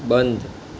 બંધ